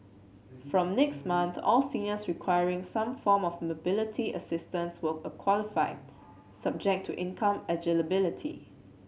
from next month all seniors requiring some form of mobility assistance will qualify subject to income eligibility